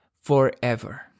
forever